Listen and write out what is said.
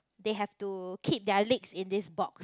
they have to keep their legs in this box